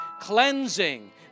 cleansing